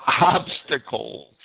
obstacles